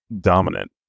dominant